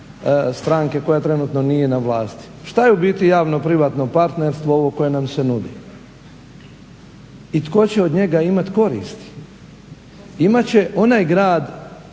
stranke koja trenutno nije na vlasti. Šta je u biti javno-privatno partnerstvo, ovo koje nam se nudi i tko će od njega imati koristi. Imat će onaj grad,